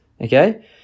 okay